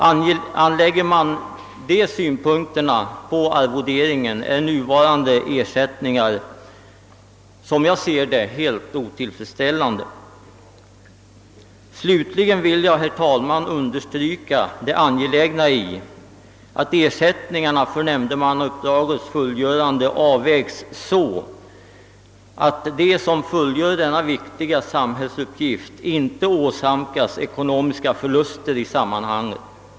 Anlägger man de synpunkterna på arvoderingen är nuvarande ersättningar som jag ser det helt otillfredsställande. Slutligen vill jag, herr talman, understryka det angelägna i att ersättningarna för nämndemannauppdragets fullgörande avvägs så, att de som fullgör denna viktiga samhällsuppgift inte åsamkas ekonomiska förluster i sammanhanget.